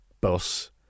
bus